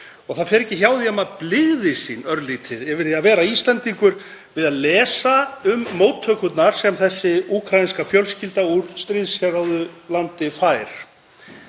Það fer ekki hjá því að maður blygðist sín örlítið yfir því að vera Íslendingur við að lesa um móttökurnar sem þessi úkraínska fjölskylda úr stríðshrjáðu landi fær.